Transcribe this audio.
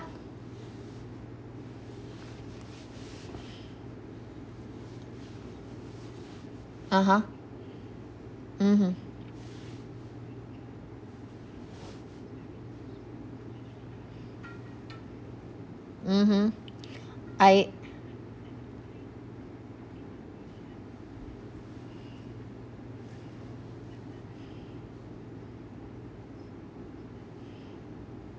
(uh huh) mmhmm mmhmm I